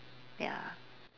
ya